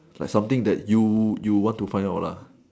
like something that you you want to find out lah